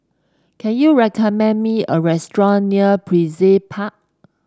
can you recommend me a restaurant near Brizay Park